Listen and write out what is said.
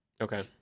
okay